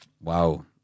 Wow